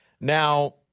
now